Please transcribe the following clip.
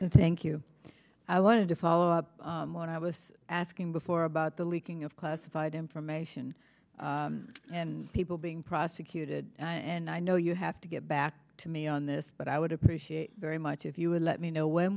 thank you i wanted to follow up what i was asking before about the leaking of classified information and people being prosecuted and i know you have to get back to me on this but i would appreciate very much if you would let me know when